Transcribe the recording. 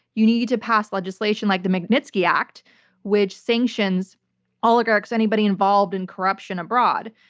you need to pass legislation like the magnitsky act which sanctions oligarchs, anybody involved in corruption abroad.